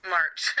March